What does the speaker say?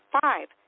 five